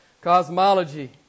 cosmology